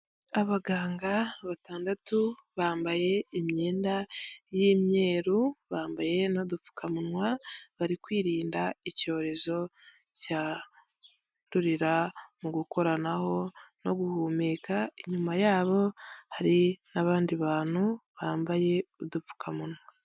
Abaganga batandatu bambaye imyenda y'imyeru bambaye n'udupfukamunwa, bari kwirinda icyorezo cyarurira mu gukoranaho no guhumeka, inyuma yabo hari n'abandi bantu bambaye udupfukamunwa.